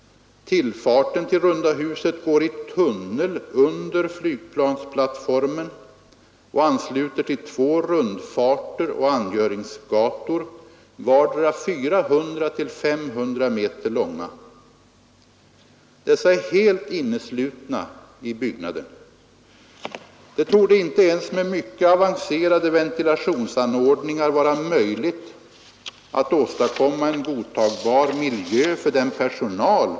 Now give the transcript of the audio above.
Tillfarten till runda huset går i tunnel under flygplansplattformen och ansluter till två rundfarter och angöringsgator, vardera 400—500 m långa. Dessa är helt inneslutna i byggnaden. Det torde inte ens med mycket avancerade ventilationsanordningar vara möjligt att åstadkomma en godtagbar miljö för den personal.